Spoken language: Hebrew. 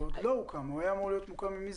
הוא עוד לא הוקם, הוא היה אמור להיות מוקם ממזמן.